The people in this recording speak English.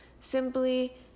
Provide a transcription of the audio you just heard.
Simply